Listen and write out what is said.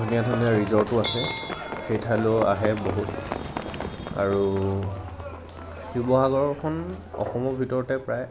ধুনীয়া ধুনীয়া ৰিজৰ্টো আছে সেই ঠাইলৈ আহে বহুত আৰু শিৱসাগৰখন অসমৰ ভিতৰতে প্ৰায়